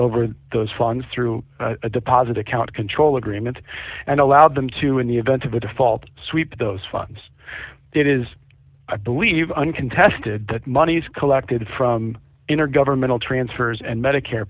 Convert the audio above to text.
over those funds through a deposit account control agreement and allowed them to in the event of a default sweep those funds that is i believe uncontested that monies collected from intergovernmental transfers and medicare